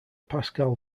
pascal